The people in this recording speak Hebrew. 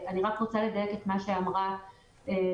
אני רוצה לדייק את מה שאמרה לירון.